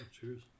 cheers